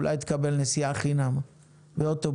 אולי תקבל נסיעה חינם באוטובוס.